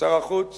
שר החוץ